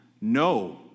no